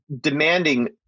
demanding